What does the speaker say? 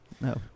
No